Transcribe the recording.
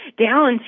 down